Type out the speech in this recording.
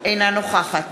אינה נוכחת